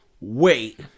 wait